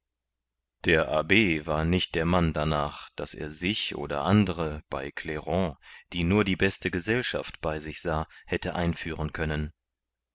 der abb war nicht der mann danach daß er sich oder andere bei clairon die nur die beste gesellschaft bei sich sah hätte einführen können